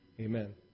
Amen